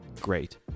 great